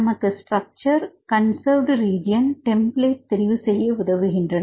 நமக்கு structure conserved region template தெரிவு செய்ய உதவுகின்றன